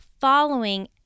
following